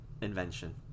invention